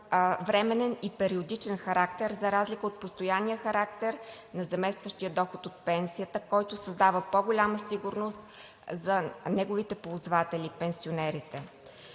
временен и периодичен характер за разлика от постоянния характер на заместващия доход от пенсията, който създава по-голяма сигурност за неговите ползватели – пенсионерите.